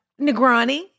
Negroni